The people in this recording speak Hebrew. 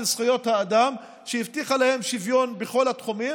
זכויות אדם שהבטיחה להם שוויון בכל התחומים,